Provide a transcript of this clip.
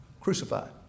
crucified